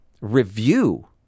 review